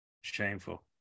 shameful